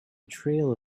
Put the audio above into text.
trail